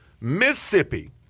Mississippi